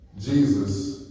Jesus